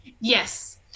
Yes